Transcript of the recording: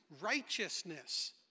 righteousness